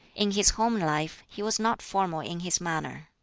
in his home life he was not formal in his manner.